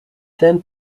then